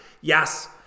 yes